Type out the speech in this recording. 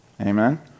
Amen